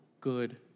good